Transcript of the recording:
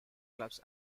clubs